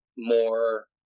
more